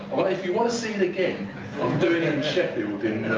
well if you want to see it again, i'm doing it in sheffield at